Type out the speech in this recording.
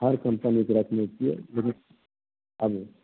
हर कम्पनीके रखने छियै आबू